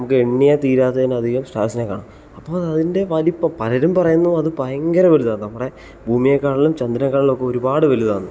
നമുക്ക് എണ്ണിയാൽ തീരാത്തതിൽ അധികം സ്റ്റാർസിനെ കാണാം അപ്പോൾ അതിൻ്റെ വലുപ്പം പലരും പറയുന്നു അത് ഭയങ്കര വലുതാണ് നമ്മുടെ ഭൂമിയെക്കാളും ചന്ദ്രനെക്കാളും ഒക്കെ ഒരുപാട് വലുതാണെന്ന്